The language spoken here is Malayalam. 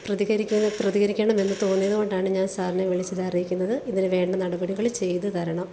പ്രതികരിക്കണം പ്രതികരിക്കണം എന്ന് തോന്നിയത് കൊണ്ടാണ് ഞാൻ സാറിനെ വിളിച്ച് ഇത് അറിയിക്കുന്നത് ഇതിനു വേണ്ട നടപടികൾ ചെയ്ത് തരണം